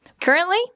Currently